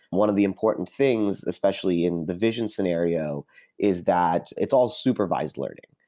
one of the important things, especially in the vision scenario is that it's all supervised learning.